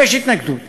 יש התנגדות.